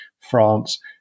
France